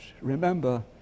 Remember